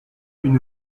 une